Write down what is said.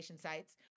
sites